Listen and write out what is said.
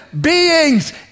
beings